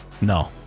No